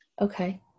Okay